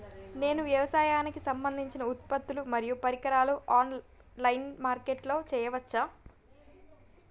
నేను వ్యవసాయానికి సంబంధించిన ఉత్పత్తులు మరియు పరికరాలు ఆన్ లైన్ మార్కెటింగ్ చేయచ్చా?